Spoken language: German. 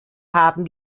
haben